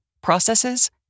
processes